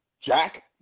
Jack